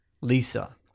Lisa